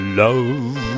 love